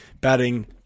batting